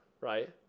right